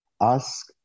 Ask